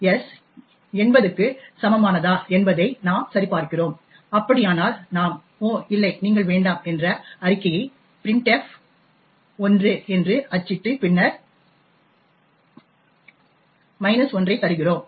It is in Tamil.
s 80 க்கு சமமானதா என்பதை நாம் சரிபார்க்கிறோம் அப்படியானால் நாம் 'ஓ இல்லை நீங்கள் வேண்டாம்' என்ற அறிக்கையை printf 1 என்று அச்சிட்டு பின்னர் 1 ஐத் தருகிறோம்